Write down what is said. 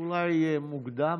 אולי זה מוקדם,